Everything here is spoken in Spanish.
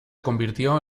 convirtió